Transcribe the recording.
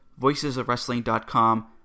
VoicesOfWrestling.com